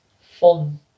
fun